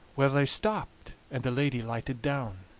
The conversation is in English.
where they stopped, and the lady lighted down.